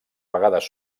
vegades